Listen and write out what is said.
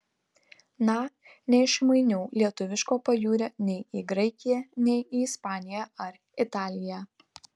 na neišmainiau lietuviško pajūrio nei į graikiją nei į ispaniją ar italiją